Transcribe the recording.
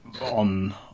on